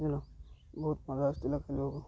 ବୁଝିଲୁ ବହୁତ ମଜା ଆସିଥିଲା ଖେଳିବାକୁ